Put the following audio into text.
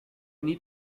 need